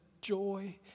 joy